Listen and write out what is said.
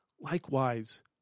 Likewise